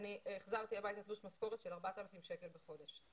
החזרתי הביתה תלוש משכורת של 4,000 שקל בחודש.